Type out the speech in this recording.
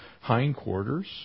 hindquarters